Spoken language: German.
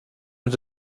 mit